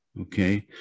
Okay